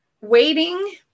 waiting